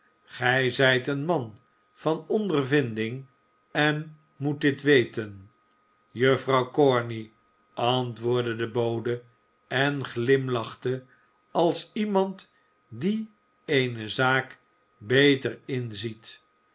gij zijt een man van ondervinding en moet dit weten juffrouw corney antwoordde de bode en glimlachte a s iemand die eene zaak beter inziet